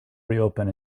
reopen